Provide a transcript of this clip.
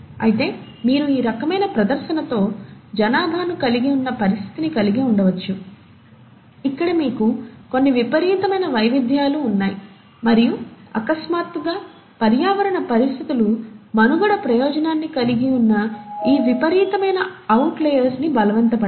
అయితే మీరు ఈ రకమైన ప్రదర్శనతో జనాభాను కలిగి ఉన్న పరిస్థితిని కలిగి ఉండవచ్చు ఇక్కడ మీకు కొన్ని విపరీతమైన వైవిధ్యాలు ఉన్నాయి మరియు అకస్మాత్తుగా పర్యావరణ పరిస్థితులు మనుగడ ప్రయోజనాన్ని కలిగి ఉన్న ఈ విపరీతమైన అవుట్లయర్స్ ని బలవంతపెడతాయి